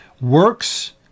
works